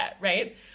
right